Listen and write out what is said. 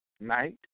night